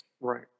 Right